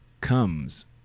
comes